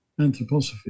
anthroposophy